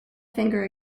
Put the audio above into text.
finger